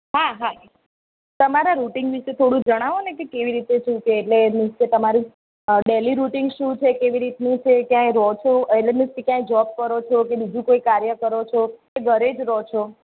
હા હા તમારા રુટિન વિશે થોડું જણાવો ને કે કેવી રીતે શું છે એટલે કે તમારું ડેલી શું છે કેવી રીતનું છે કયાંય રહો છો કે એટલે મીન્સ કે ક્યાંય જોબ કરો છો કે બીજું કોઈ કાર્ય કરો છો કે ઘરે જ રહો છો